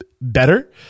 better